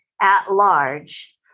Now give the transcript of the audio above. at-large